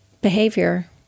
behavior